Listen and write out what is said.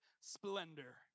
splendor